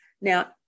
Now